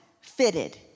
fitted